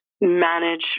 manage